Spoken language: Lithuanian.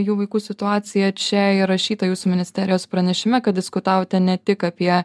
jų vaikų situaciją čia įrašyta jūsų ministerijos pranešime kad diskutavote ne tik apie